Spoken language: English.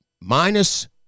minus